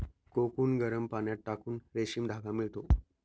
cocoon गरम पाण्यात टाकून रेशीम धागा मिळतो